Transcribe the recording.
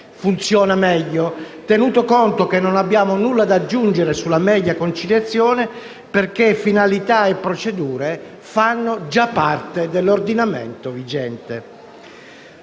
funziona meglio; ciò tenuto conto che non abbiamo nulla da aggiungere sulla conciliazione, perché finalità e procedure fanno già parte dell'ordinamento vigente.